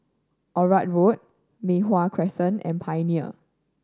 Onraet Road Mei Hwan Crescent and Pioneer